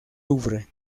louvre